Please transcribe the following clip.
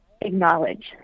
acknowledge